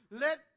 Let